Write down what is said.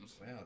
wow